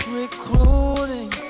recruiting